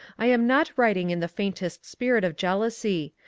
i am not writing in the faintest spirit of jealousy.